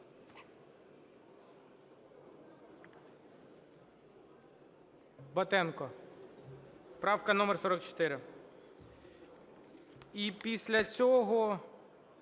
Батенко, правка номер 44. І після цього